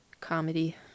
comedy